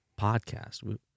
podcast